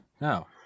No